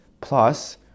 plus